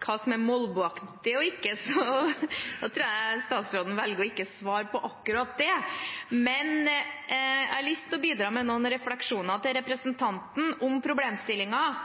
hva som er molboaktig og ikke, tror jeg statsråden velger å ikke svare på akkurat det, men jeg har lyst til å bidra med noen refleksjoner til representanten om problemstillingen.